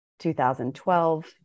2012